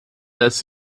lässt